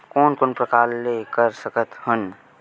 कोन कोन प्रकार के कर सकथ हन?